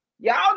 Y'all